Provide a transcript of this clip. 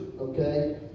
okay